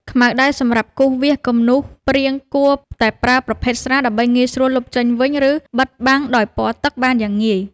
ខ្មៅដៃសម្រាប់គូសវាសគំនូសព្រាងគួរតែប្រើប្រភេទស្រាលដើម្បីងាយស្រួលលុបចេញវិញ ឬ បិទបាំងដោយពណ៌ទឹកបានយ៉ាងងាយ។